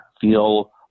feel